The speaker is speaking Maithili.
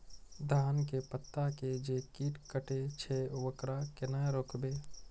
धान के पत्ता के जे कीट कटे छे वकरा केना रोकबे?